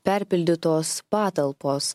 perpildytos patalpos